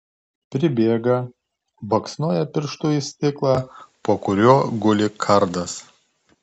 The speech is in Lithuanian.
pribėga baksnoja pirštu į stiklą po kuriuo guli kardas